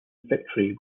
victory